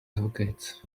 advocates